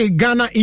Ghana